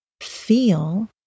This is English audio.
feel